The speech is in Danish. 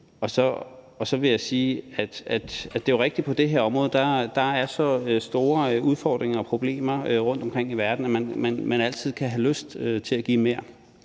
ej. Så vil jeg sige, at det jo er rigtigt, at der på det her område er så store udfordringer og problemer rundtomkring i verden, at man altid kan have lyst til at give mere.